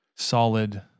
solid